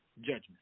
judgment